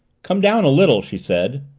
come down a little, she said.